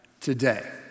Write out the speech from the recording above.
today